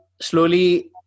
slowly